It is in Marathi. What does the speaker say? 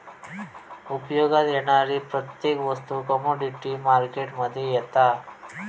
उपयोगात येणारी प्रत्येक वस्तू कमोडीटी मार्केट मध्ये येता